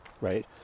Right